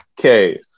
okay